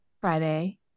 Friday